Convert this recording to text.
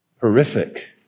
horrific